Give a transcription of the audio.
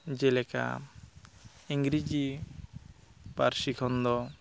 ᱡᱮᱞᱮᱠᱟ ᱤᱝᱨᱮᱡᱤ ᱯᱟᱹᱨᱥᱤ ᱠᱷᱚᱱ ᱫᱚ